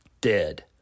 dead